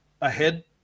ahead